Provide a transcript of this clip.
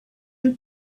who